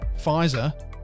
Pfizer